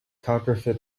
counterfeit